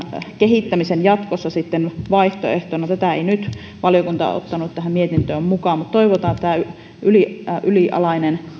kehittämisen jatkossa vaihtoehtona tätä ei nyt valiokunta ottanut tähän mietintöön mukaan mutta toivotaan että tulee tätä ylialaista